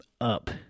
up